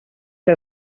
que